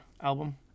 album